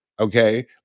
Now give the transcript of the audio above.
Okay